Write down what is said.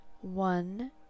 one